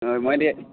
অ মই এতিয়া